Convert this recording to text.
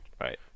Right